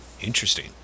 interesting